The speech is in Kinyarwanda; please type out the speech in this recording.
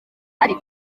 ariko